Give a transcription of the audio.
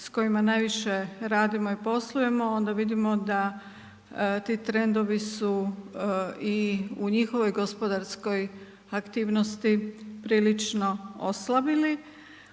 s kojima najviše radimo i poslujemo onda vidimo da ti trendovi su i u njihovoj gospodarskoj aktivnosti prilično oslabili